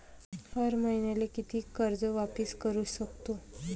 हर मईन्याले कितीक कर्ज वापिस करू सकतो?